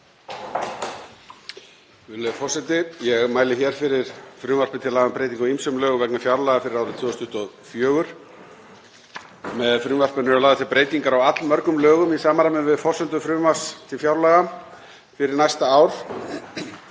Virðulegi forseti. Ég mæli hér fyrir frumvarpi til laga um breytingu á ýmsum lögum vegna fjárlaga fyrir árið 2024. Með frumvarpinu eru lagðar til breytingar á allmörgum lögum í samræmi við forsendur frumvarps til fjárlaga fyrir næsta ár.